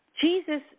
Jesus